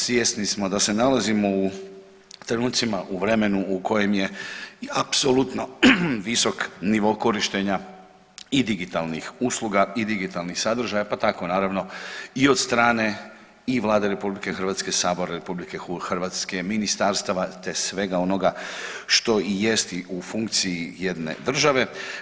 Svjesni smo da se nalazimo u trenutcima, u vremenu u kojem je apsolutno visok nivo korištenja i digitalnih usluga i digitalnih sadržaja, pa tako naravno i od strane Vlade RH, Sabora RH, ministarstava, te svega onoga što i jest u funkciji jedne države.